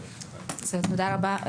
תודה רבה.